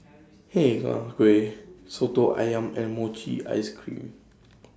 Hi Kak Kuih Soto Ayam and Mochi Ice Cream